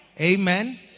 Amen